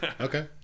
Okay